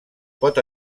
pot